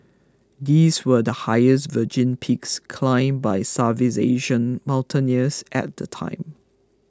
these were the highest virgin peaks climbed by Southeast Asian mountaineers at the time